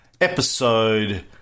episode